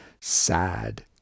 Sad